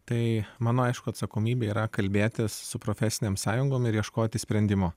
tai mano aišku atsakomybė yra kalbėtis su profesinėm sąjungom ir ieškoti sprendimo